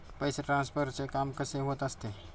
पैसे ट्रान्सफरचे काम कसे होत असते?